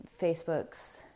Facebook's